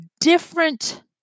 different